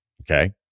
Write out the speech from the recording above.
okay